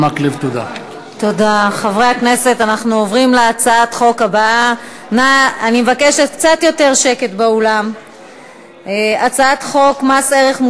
בנושא: סכנת סגירת המכללה האקדמית בנצרת; בעקבות דיון מהיר בהצעתם של חברי